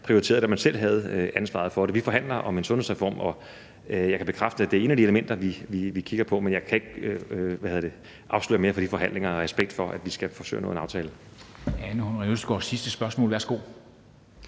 prioriterede, da man selv havde ansvaret for det. Vi forhandler om en sundhedsreform, og jeg kan bekræfte, at det er et af de elementer, vi kigger på. Men jeg kan ikke afsløre mere fra de forhandlinger af respekt for, at vi skal forsøge at nå en aftale.